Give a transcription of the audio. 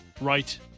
Right